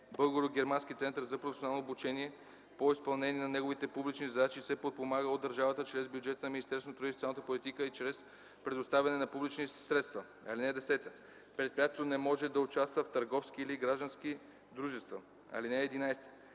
„Българо-германски център за професионално обучение” по изпълнение на неговите публични задачи се подпомага от държавата чрез бюджета на Министерството на труда и социалната политика и чрез предоставяне на публични средства. (10) Предприятието не може да участва в търговски или граждански дружества. (11)